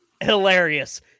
Hilarious